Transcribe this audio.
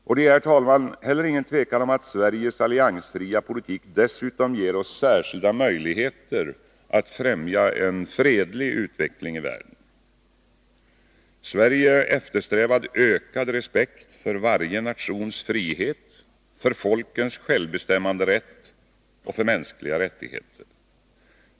Det är, herr talman, heller inget tvivel om att Sveriges alliansfria politik dessutom ger oss särskilda möjligheter att främja en fredlig utveckling i världen. Sverige eftersträvar ökad respekt för varje nations frihet, folkens självbestämmanderätt och mänskliga rättigheter.